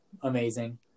amazing